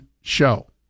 show